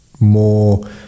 more